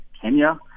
Kenya